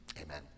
Amen